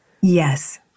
Yes